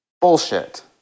bullshit